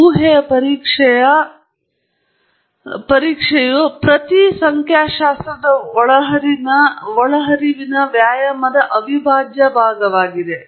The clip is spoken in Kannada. ಮತ್ತು ಊಹೆಯ ಪರೀಕ್ಷೆಯು ಪ್ರತಿ ಸಂಖ್ಯಾಶಾಸ್ತ್ರದ ಒಳಹರಿವಿನ ವ್ಯಾಯಾಮದ ಅವಿಭಾಜ್ಯ ಭಾಗವಾಗಿದೆ